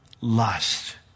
lust